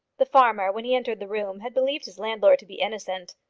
the farmer, when he entered the room, had believed his landlord to be innocent,